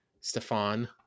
Stefan